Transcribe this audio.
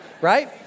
right